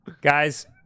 Guys